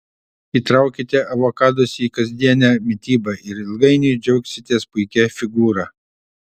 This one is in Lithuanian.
įtraukite avokadus į kasdienę mitybą ir ilgainiui džiaugsitės puikia figūra